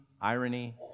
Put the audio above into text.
irony